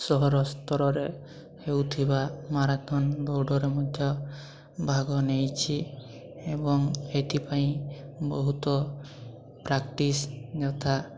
ସହର ସ୍ତରରେ ହେଉଥିବା ମାରାଥନ୍ ଦୌଡ଼ରେ ମଧ୍ୟ ଭାଗ ନେଇଛି ଏବଂ ଏଥିପାଇଁ ବହୁତ ପ୍ରାକ୍ଟିସ୍ ଯଥା